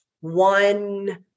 one